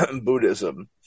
Buddhism